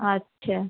अच्छा